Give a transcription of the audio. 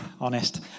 Honest